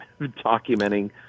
documenting